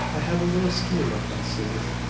i have a little scheme up my sleeve,